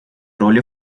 роли